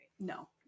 No